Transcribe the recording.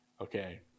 okay